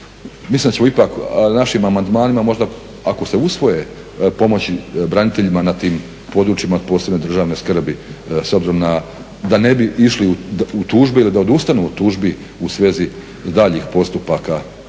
mislim da ćemo ipak našim amandmanima možda ako se usvoje pomoći braniteljima na tim područjima od posebne državne skrbi s obzirom na, da ne bi išli u tužbu ili da odustanu od tužbi u svezi daljih postupaka